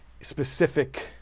specific